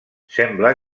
sembla